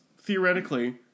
theoretically